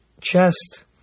chest